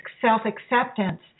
self-acceptance